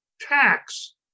tax